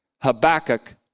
Habakkuk